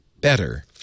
better